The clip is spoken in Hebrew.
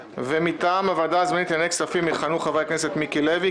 ומטעם הוועדה הזמנית לענייני כספים יכהנו חברי הכנסת: מיקי לוי,